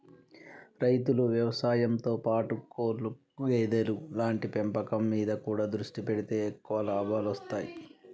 రైతులు వ్యవసాయం తో పాటు కోళ్లు గేదెలు లాంటి పెంపకం మీద కూడా దృష్టి పెడితే ఎక్కువ లాభాలొస్తాయ్